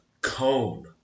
cone